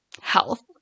health